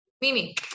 Mimi